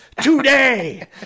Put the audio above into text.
today